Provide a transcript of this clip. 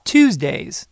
Tuesdays